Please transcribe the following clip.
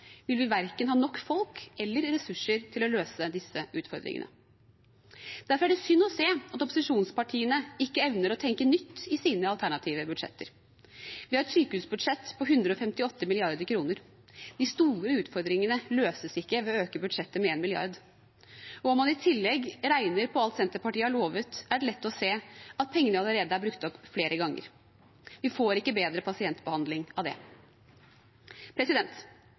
vil vi verken ha nok folk eller nok ressurser til å løse disse utfordringene. Derfor er det synd å se at opposisjonspartiene ikke evner å tenke nytt i sine alternative budsjetter. Vi har et sykehusbudsjett på 158 mrd. kr. De store utfordringene løses ikke ved å øke budsjettet med 1 mrd. kr. Om man i tillegg regner på alt Senterpartiet har lovet, er det lett å se at pengene allerede er brukt opp flere ganger. Vi får ikke bedre pasientbehandling av det.